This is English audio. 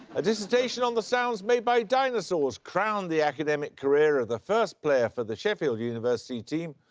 a dissertation on the sounds made by dinosaurs crowned the academic career of the first player for the sheffield university team,